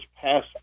pass